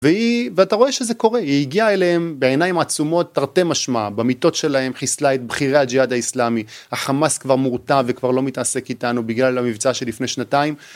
והיא ואתה רואה שזה קורה היא הגיעה אליהם בעיניים עצומות תרתי משמע במיטות שלהם חיסלה את בחירי הג'יהאד האיסלאמי .החמאס כבר מורתע וכבר לא מתעסק איתנו בגלל המבצע שלפני שנתיים